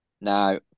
now